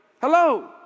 Hello